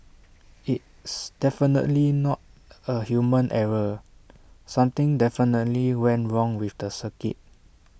it's definitely not A human error something definitely went wrong with the circuit